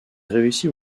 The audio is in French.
réussit